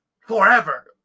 Forever